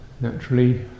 naturally